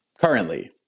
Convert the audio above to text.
Currently